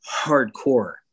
hardcore